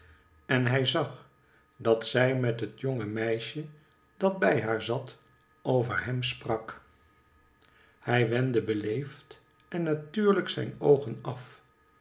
en hij zag dat zij met het jonge meisje dat bij haar zat over hem sprak hjj wendde beleefd en natuurlijk zijn oogen af